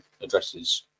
addresses